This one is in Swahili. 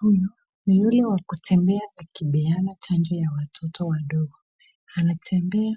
Huyu ni yule wa kutembea akipeana chanjo ya watoto wadogo. Anatembea